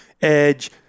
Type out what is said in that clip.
edge